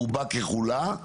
רובה ככולה,